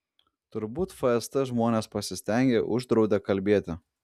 turbūt fst žmonės pasistengė uždraudė kalbėti